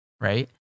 Right